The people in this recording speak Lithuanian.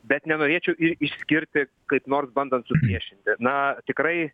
bet nenorėčiau ir išskirti kaip nors bandant supriešinti na tikrai